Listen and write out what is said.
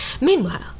meanwhile